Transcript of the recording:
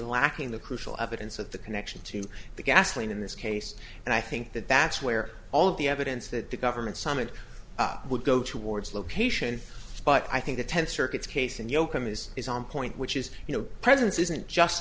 lacking the crucial evidence of the connection to the gasoline in this case and i think that that's where all of the evidence that the government some it would go towards location but i think the tenth circuit case in yoakum is is on point which is you know presence isn't just